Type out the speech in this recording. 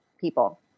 people